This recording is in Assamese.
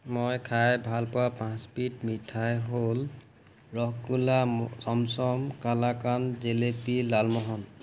মই খাই ভাল পোৱা পাঁচবিধ মিঠাই হ'ল ৰসগোল্লা চমচম কালাকান্দ জিলাপি লালমোহন